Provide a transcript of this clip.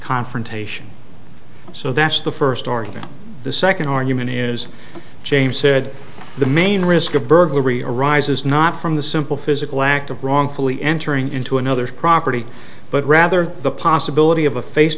confrontation so that's the first argument the second argument is james said the main risk of burglary arises not from the simple physical act of wrongfully entering into another's property but rather the possibility of a face